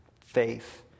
faith